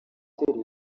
gutera